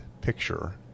picture